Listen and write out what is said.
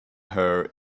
her